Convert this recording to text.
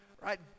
Right